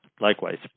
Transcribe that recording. Likewise